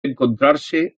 encontrarse